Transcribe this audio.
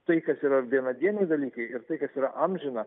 tai kas yra vienadieniai dalykai ir tai kas yra amžina